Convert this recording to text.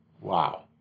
Wow